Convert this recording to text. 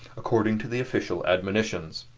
according to the official admonitions.